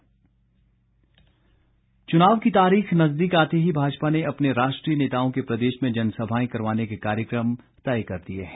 rally चुनाव की तारीख नजदीक आते ही भाजपा ने अपने राष्ट्रीय नेताओं के प्रदेश में जनसभाएं करवाने के कार्यक्रम तय कर दिए हैं